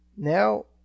Now